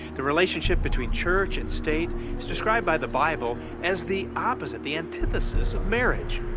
the relationship between church and state is described by the bible as the opposite, the antithesis, of marriage.